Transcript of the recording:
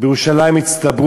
אל תבנה על האדמות שלנו.